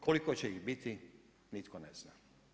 Koliko će ih biti nitko ne zna.